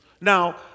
Now